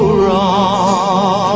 wrong